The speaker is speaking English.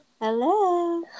Hello